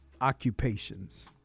occupations